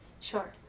Sure